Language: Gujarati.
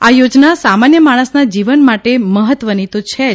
આ થોજના સામાન્ય માણસના જીવન માટે મહત્વની તો છે જ